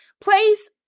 place